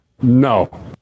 No